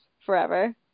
forever